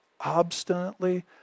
Obstinately